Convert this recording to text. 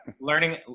learning